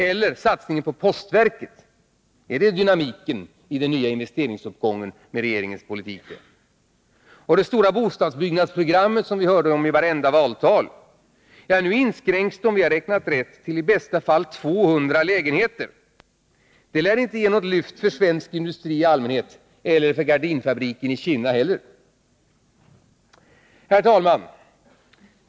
Eller är det satsningen på postverket som är dynamiken i den nya investeringsuppgången med regeringens politik? Det stora bostadsbyggnadsprogram som vi hörde talas om i vartenda valtal inskränks nu till, om vi har räknat rätt, 200 lägenheter. Det lär inte ge något lyft för svensk industri i allmänhet eller för gardinfabriken i Kinna. Herr talman!